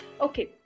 Okay